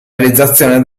realizzazione